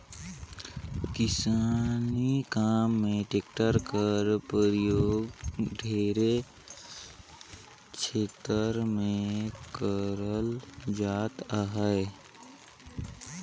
किसानी काम मे टेक्टर कर परियोग ढेरे छेतर मे करल जात अहे